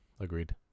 Agreed